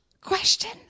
question